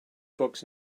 books